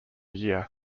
year